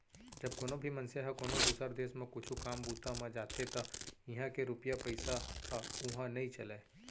जब कोनो भी मनसे ह कोनो दुसर देस म कुछु काम बूता म जाथे त इहां के रूपिया पइसा ह उहां नइ चलय